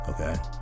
Okay